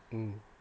mm